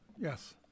Yes